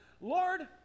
Lord